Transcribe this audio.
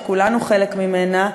שכולנו חלק ממנה,